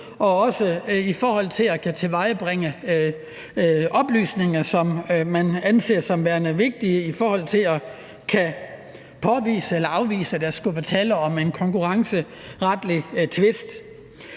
og til at kunne tilvejebringe oplysninger, som man anser for at være vigtige for at kunne påvise eller afvise, at der skulle være tale om en konkurrenceretlig tvist.